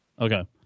Okay